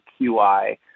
QI